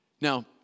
Now